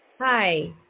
Hi